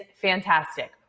fantastic